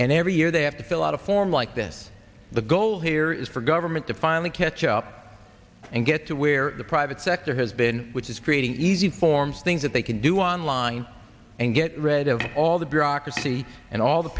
and every year they have to fill out a form like this the goal here is for government to finally catch up and get to where the private sector has been which is creating easy forms things that they can do online and get rid of all the bureaucracy and all the